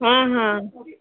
ହଁ ହଁ